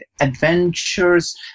adventures